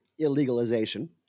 illegalization